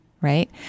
right